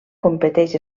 competeix